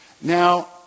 Now